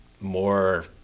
more